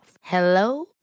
Hello